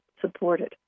Supported